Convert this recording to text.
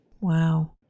Wow